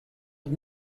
but